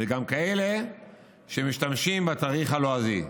וגם כאלה שמשתמשים בתאריך הלועזי.